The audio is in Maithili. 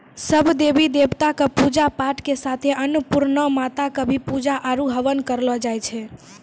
सब देवी देवता कॅ पुजा पाठ के साथे अन्नपुर्णा माता कॅ भी पुजा आरो हवन करलो जाय छै